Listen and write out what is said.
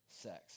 sex